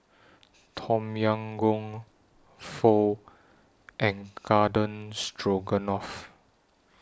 Tom Yam Goong Pho and Garden Stroganoff